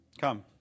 Come